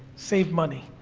save money.